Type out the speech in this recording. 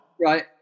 Right